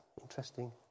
interesting